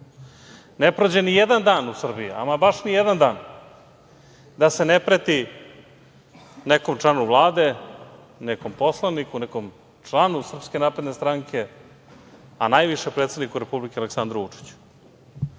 Ne prođe nijedan dan u Srbiji, ama baš nijedan dan, da se ne preti nekom članu Vlade, nekom poslaniku, nekom članu SNS, a najviše predsedniku Republike Aleksandru Vučiću.I